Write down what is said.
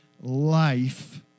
life